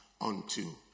unto